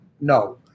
No